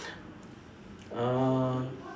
uh